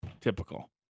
typical